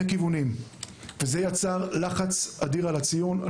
כיוונים וזה יצר לחץ אדיר על הציון.